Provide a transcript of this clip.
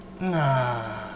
Nah